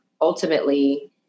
ultimately